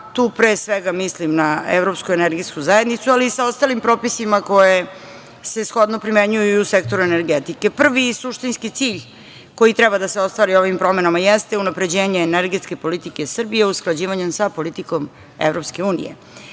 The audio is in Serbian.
Tu, pre svega, mislim na Evropsku energetsku zajednicu, ali i sa ostalim propisima koji se shodno primenjuju i u sektoru energetike. Prvi suštinski cilj koji treba da se ostvari ovim promenama jeste unapređenje energetske politike Srbije usklađivanjem sa politikom EU. Tu, pre